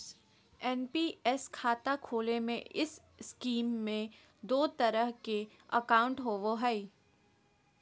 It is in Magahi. एन.पी.एस खाता खोले में इस स्कीम में दू तरह के अकाउंट होबो हइ